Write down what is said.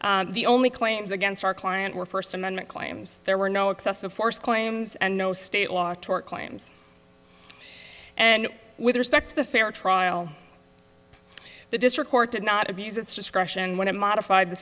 that the only claims against our client were first amendment claims there were no excessive force claims and no state law tort claims and with respect to the fair trial the district court did not abuse its discretion when it modified the